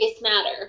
matter